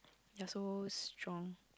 ya so strong